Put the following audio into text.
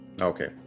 Okay